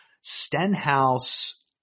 Stenhouse